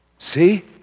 See